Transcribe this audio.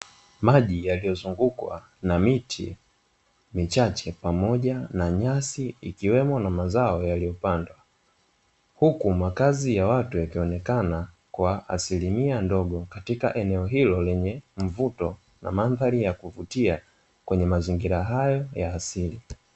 Maji yaliyozungukwa na miti michache pamoja na nyasi ikiwemo na mazao yaliyopandwa, huku makazi ya watu yakionekana kwa asilimia ndogo katika eneo hilo lenye mvuto na mandhari ya kuvutia kwenye mazingira hayo ya asili.